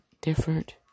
different